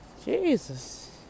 Jesus